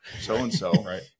so-and-so